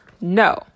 No